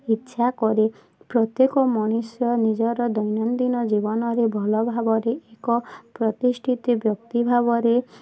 ଇଚ୍ଛା କରେ ପ୍ରତ୍ୟେକ ନିଜର ଦୈନଦିନ ଜୀବନରେ ଭଲ ଭାବରେ ଏକ ପ୍ରତିଷ୍ଠିତ ବ୍ୟକ୍ତି ଭାବରେ